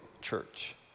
church